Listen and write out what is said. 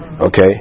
Okay